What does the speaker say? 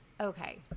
Okay